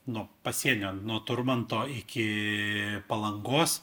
nuo pasienio nuo turmanto iki palangos